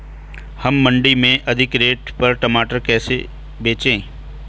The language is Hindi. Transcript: हम मंडी में अधिक रेट पर टमाटर कैसे बेचें?